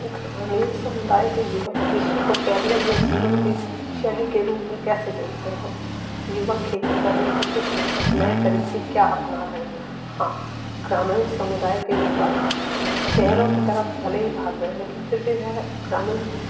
ग्रामीण समुदाय के युवक कृषि को कैरियर या जीवन की शैली के रूप में कैसे देखते हैं युवक खेती करने कुछ नए तरीक़े क्या अपना रहे हैं हाँ ग्रामीण समुदाय के युवक शहरों के तरफ़ भले ही भाग रहे हों फिर भी वह ग्रामीण